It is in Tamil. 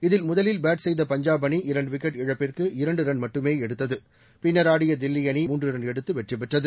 இதில் முதலில் பேட் செய்த பஞ்சாப் அணி இரண்டு விக்கெட் இழப்பிற்கு இரண்டு ரன் மட்டுமே எடுத்தது பின்னா் ஆடிய தில்லி அணி மூன்று ரன் எடுத்து வெற்றிபெற்றது